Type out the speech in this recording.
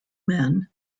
men